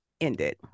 ended